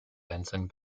benson